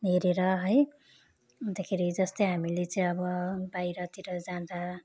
हेरेर है अन्तखेरि जस्तै हामीले चाहिँ अब बाहिरतिर जाँदा